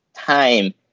Time